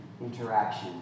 interaction